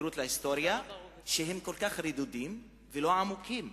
שהן כל כך רדודות ולא עמוקות.